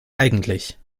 eigentlich